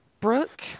Brooke